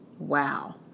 Wow